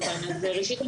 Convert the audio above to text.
ראשית,